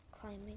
climbing